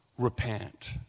repent